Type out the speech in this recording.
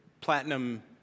platinum